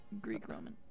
Greek-Roman